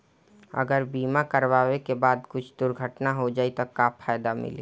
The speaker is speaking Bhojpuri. अगर बीमा करावे के बाद कुछ दुर्घटना हो जाई त का फायदा मिली?